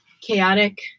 chaotic